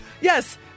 Yes